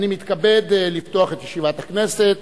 אני מתכבד לפתוח את ישיבת הכנסת.